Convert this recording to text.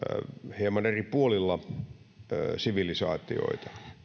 hieman eri puolilla sivilisaatiota